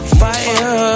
fire